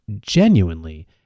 genuinely